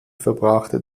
verbrachte